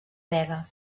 vega